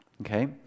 Okay